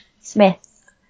Smith